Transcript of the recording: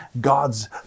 God's